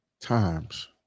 times